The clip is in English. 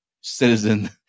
citizen